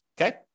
Okay